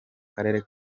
karere